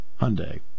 Hyundai